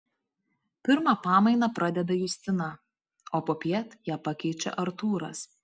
pirmą pamainą pradeda justina o popiet ją pakeičia artūras